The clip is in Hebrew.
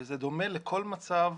וזה דומה לכל מצב